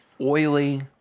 oily